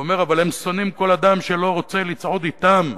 הוא אומר: אבל הם שונאים כל אדם שלא רוצה לצעוד אתם,